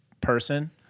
person